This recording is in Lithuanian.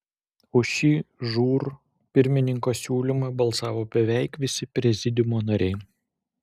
už šį žūr pirmininko siūlymą balsavo beveik visi prezidiumo nariai